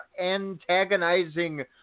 antagonizing